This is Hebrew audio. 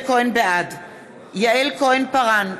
בעד יעל כהן-פארן,